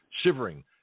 shivering